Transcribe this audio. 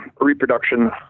reproduction